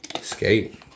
skate